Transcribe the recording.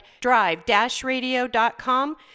drive-radio.com